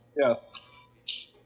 Yes